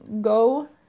go